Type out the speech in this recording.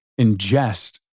ingest